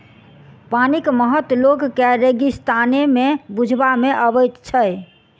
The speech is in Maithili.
पानिक महत्व लोक के रेगिस्ताने मे बुझबा मे अबैत छै